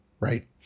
Right